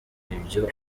ibyo